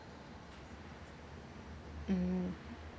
mm